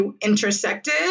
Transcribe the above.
intersected